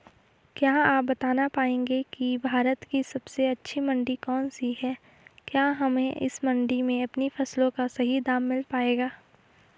क्या आप बताना पाएंगे कि भारत की सबसे अच्छी मंडी कौन सी है क्या हमें इस मंडी में अपनी फसलों का सही दाम मिल पायेगा?